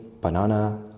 banana